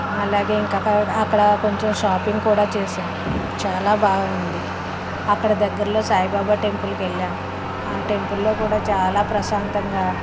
అలాగే ఇంకా అక్క అక్కడ కొంచెం షాపింగ్ కూడా చేసాము చాలా బాగుంది అక్కడ దగ్గరలో సాయిబాబా టెంపుల్కి వెళ్ళాము ఆ టెంపుల్లో కూడా చాలా ప్రశాంతంగా